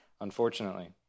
Unfortunately